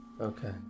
Okay